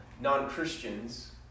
non-Christians